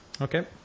Okay